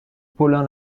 paulin